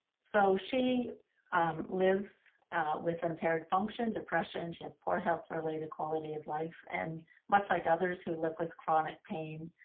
so she lives with impaired function, depression. she has poor health related quality of life and much like others who live with chronic pain,